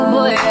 Boy